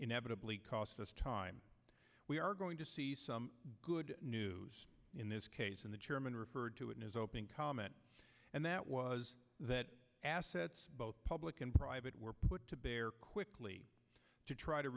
inevitably cost us time we are going to see some good news in this case and the chairman referred to it in his opening comment and that was that assets both public and private were put to bear quickly to try to